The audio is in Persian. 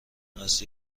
است